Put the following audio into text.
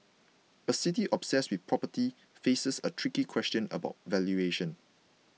a city obsessed with property faces a tricky question about valuation